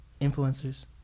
influencers